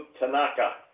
Tanaka